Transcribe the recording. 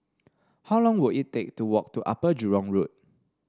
how long will it take to walk to Upper Jurong Road